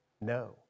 No